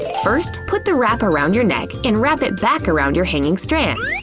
first, put the wrap around your neck and wrap it back around your hanging strands.